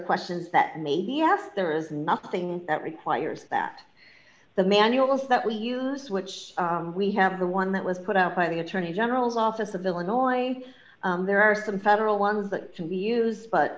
questions that may be asked there is nothing that requires that the manuals that we use which we have the one that was put out by the attorney general's office of illinois there are some federal ones that can be used but